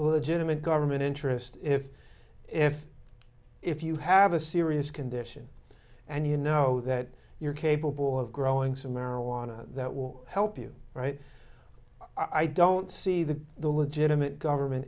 legitimate government interest if if if you have a serious condition and you know that you're capable of growing some marijuana that will help you right i don't see the the legitimate government